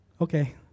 Okay